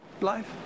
Life